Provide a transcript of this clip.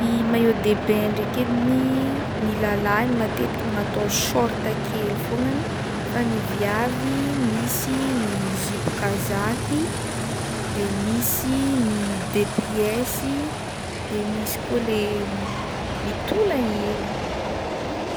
Ny maillot de bain ndraiky ediny ny lalahy matetiky magnatao short kely fognany fa ny viavy misy ny zipo kazaky de misy ny deux piesy de misy koa leha mitolagny hely.